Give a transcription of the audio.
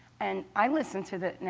and i listen to it now,